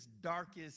darkest